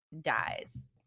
dies